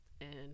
and-